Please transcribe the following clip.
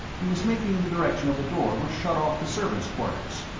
he was making in the direction of the door which shut off the servants' quarters.